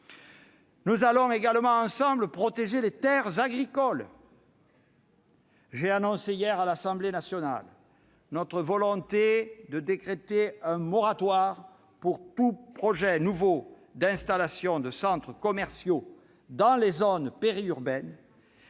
nous allons aussi protéger les terres agricoles. À cet égard, j'ai annoncé hier, à l'Assemblée nationale, notre volonté de décréter un moratoire pour tout projet nouveau d'installation de centres commerciaux dans les zones périurbaines.